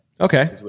Okay